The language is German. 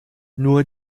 nur